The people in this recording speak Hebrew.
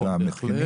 בהחלט.